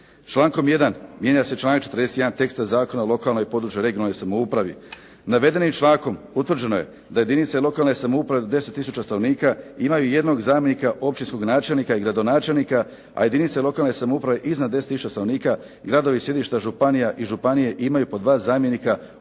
Člankom 1. mijenja se članak 41. teksta Zakona o lokalnoj i područnoj (regionalnoj) samoupravi. Navedenim člankom utvrđeno je da jedinice lokalne samouprave do 10 tisuća stanovnika imaju jednog zamjenika općinskog načelnika i gradonačelnika, a jedinice lokalne samouprave iznad 10 tisuća stanovnika, gradovi sjedišta županija i županije imaju po dva zamjenika općinskog